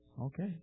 Okay